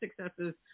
successes